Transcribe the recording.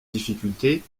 difficultés